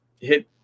hit